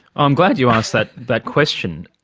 i'm glad you asked that that question.